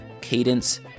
cadence